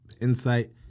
insight